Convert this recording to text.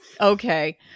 Okay